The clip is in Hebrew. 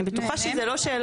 אני בטוחה שזה לא שאלות.